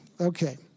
Okay